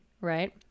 right